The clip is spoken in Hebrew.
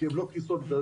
כי הן לא קריסות גדולות,